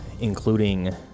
including